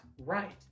right